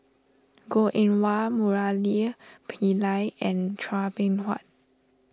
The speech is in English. Goh Eng Wah Murali Pillai and Chua Beng Huat